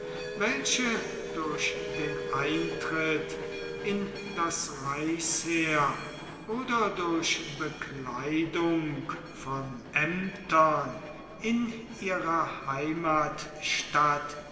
welche durch den eintritt in das reichsheer oder durch bekleidung von ämtern in ihrer heimatstadt